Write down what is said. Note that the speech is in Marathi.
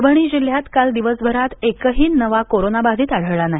परभणी जिल्ह्यात काल दिवसभरात एकही नवा कोरोनाबाधित आढळला नाही